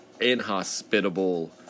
inhospitable